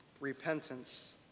repentance